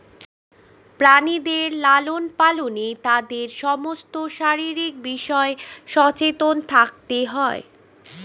প্রাণীদের লালন পালনে তাদের সমস্ত শারীরিক বিষয়ে সচেতন থাকতে হয়